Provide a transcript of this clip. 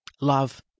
Love